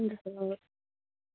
हुन्छ सर